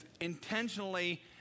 intentionally